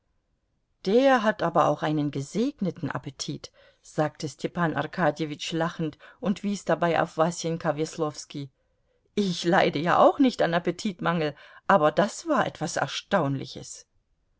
der hat aber auch einen gesegneten appetit sagte stepan arkadjewitsch lachend und wies dabei auf wasenka weslowski ich leide ja auch nicht an appetitmangel aber das war etwas erstaunliches